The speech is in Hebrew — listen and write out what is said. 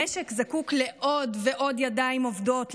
המשק זקוק לעוד ועוד ידיים עובדות,